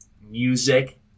music